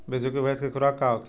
बिसुखी भैंस के खुराक का होखे?